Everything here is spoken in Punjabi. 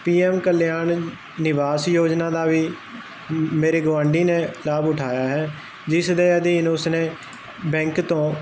ਪੀਐਮ ਕਲਿਆਣ ਨਿਵਾਸ ਯੋਜਨਾ ਦਾ ਵੀ ਮੇਰੇ ਗੁਆਂਢੀ ਨੇ ਲਾਭ ਉਠਾਇਆ ਹੈ ਜਿਸ ਦੇ ਅਧੀਨ ਉਸਨੇ ਬੈਂਕ ਤੋਂ